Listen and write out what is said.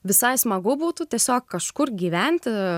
visai smagu būtų tiesiog kažkur gyventi